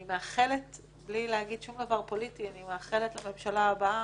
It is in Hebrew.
אני מאחלת בלי להגיד שום דבר פוליטי אני מאחלת לממשלה הבאה